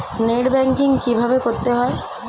Net banking কীভাবে করতে হয়?